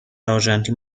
آرژانتین